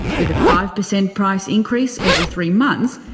with a five percent price increase every three months,